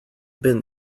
been